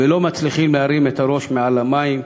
ולא מצליחים להרים את הראש מעל המים,